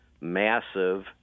massive